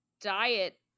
diet